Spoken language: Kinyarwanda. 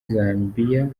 zambia